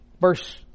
Verse